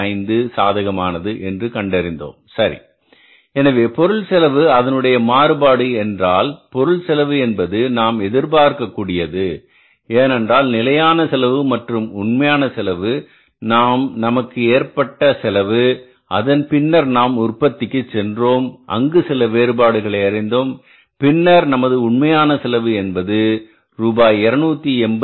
25 சாதகமானது என்று கண்டறிந்தோம் சரி எனவே பொருள் செலவு அதனுடைய மாறுபாடு என்றால் பொருள் செலவு என்பது நாம் எதிர்பார்க்கக் கூடியது ஏனென்றால் நிலையான செலவு மற்றும் உண்மையான செலவு நாம் நமக்கு ஏற்பட்ட செலவு அதன் பின்னர் நாம் உற்பத்திக்கு சென்றோம் அங்கே சில வேறுபாடுகளை அறிந்தோம் பின்னர் நமது உண்மையான செலவு என்பது ரூபாய் 286